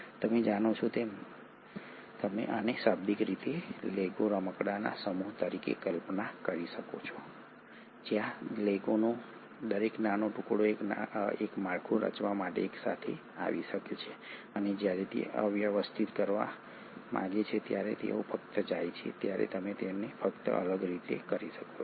તમે જાણો છો કે તમે આને શાબ્દિક રીતે લેગો રમકડાંના સમૂહ તરીકે કલ્પના કરી શકો છો જ્યાં લેગોનો દરેક નાનો ટુકડો એક માળખું રચવા માટે એકસાથે આવી શકે છે અને જ્યારે તે અવ્યવસ્થિત કરવા માંગે છે ત્યારે તેઓ ફક્ત જાય છે ત્યારે તમે તેમને ફક્ત અલગ કરી શકો છો